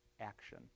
action